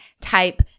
type